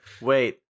wait